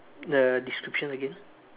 the description again